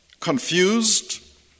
confused